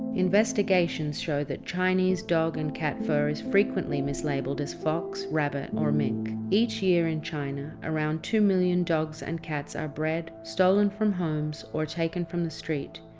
investigations show that chinese dog and cat fur is frequently mislabelled as fox, rabbit or mink. each year in china, around two million dogs and cats are bred, stolen from homes, or taken from the street,